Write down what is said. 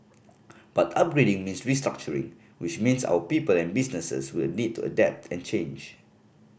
but upgrading means restructuring which means our people and businesses will need to adapt and change